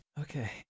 Okay